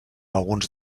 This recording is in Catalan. alguns